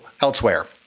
elsewhere